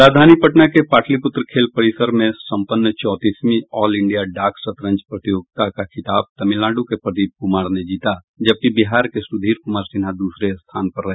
राजधानी पटना के पाटलिपूत्र खेल परिसर में संपन्न चौंतीसवीं ऑल इंडिया डाक शतरंज प्रतियोगिता का खिताब तमिलनाडु के प्रदीप कुमार ने जीता जबकि बिहार के सुधीर कुमार सिन्हा दूसरे स्थान पर रहे